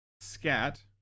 scat